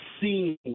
seeing